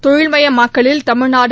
தொழில்மயமாக்கலில் Tamil Nadu